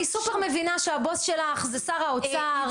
אני סופר מבינה שהבוס שלך זה שר האוצר.